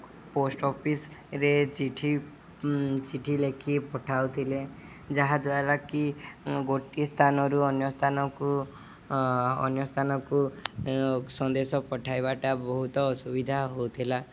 post ଅଫିସରେ ଚିଠି ଚିଠି ଲେଖି ପଠାଉଥିଲେ ଯାହାଦ୍ୱାରା କି ଗୋଟିଏ ସ୍ଥାନରୁ ଅନ୍ୟ ସ୍ଥାନକୁ ଅନ୍ୟ ସ୍ଥାନକୁ ସନ୍ଦେଶ ପଠାଇବାଟା ବହୁତ ଅସୁବିଧା ହେଉଥିଲା